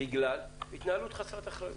בגלל התנהלות חסרת אחריות.